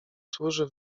służy